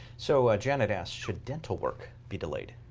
so ah janet asks, should dental work be delayed?